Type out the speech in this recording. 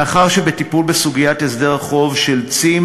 מאחר שבטיפול בסוגיית הסדר החוב של "צים"